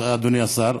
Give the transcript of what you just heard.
אדוני השר.